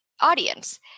audience